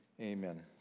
Amen